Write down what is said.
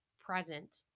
present